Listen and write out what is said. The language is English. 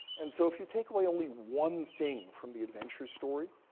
and so if you take away only one thing from the adventure story,